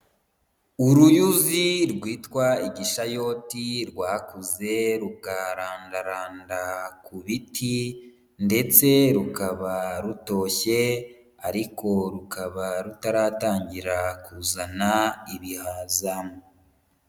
Uruyuzi rwitwa igishayoti rwakuze rukarandaranda ku biti ndetse rukaba rutoshye ariko rukaba rutaratangira kuzana ibihaza.